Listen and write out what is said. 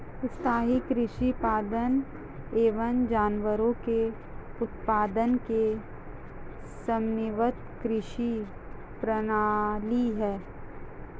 स्थाईं कृषि पादप एवं जानवरों के उत्पादन की समन्वित कृषि प्रणाली है